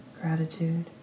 gratitude